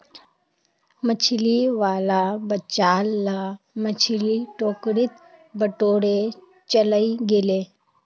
मछली वाला बचाल ला मछली टोकरीत बटोरे चलइ गेले